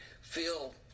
feel